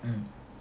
mm